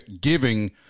giving